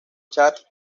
chad